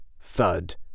Thud